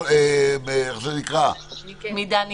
"במידה ניכרת",